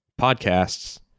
podcasts